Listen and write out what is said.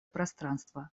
пространство